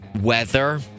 weather